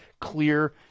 clear